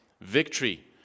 victory